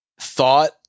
thought